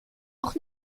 auch